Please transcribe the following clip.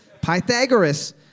Pythagoras